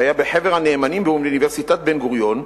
שהיה בחבר הנאמנים באוניברסיטת בן-גוריון,